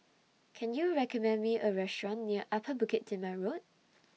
Can YOU recommend Me A Restaurant near Upper Bukit Timah Road